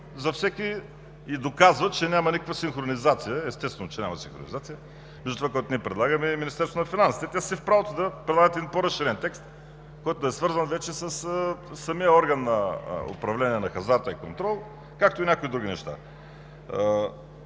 за всеки, и доказва, че няма никаква синхронизация. Естествено, че няма синхронизация между това, което ние предлагаме и Министерството на финансите. Те са си в правото да предложат по-разширен текст, който да е свързан вече със самия орган на управление на хазарта и контрол, както и някои други неща.